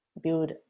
build